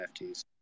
NFTs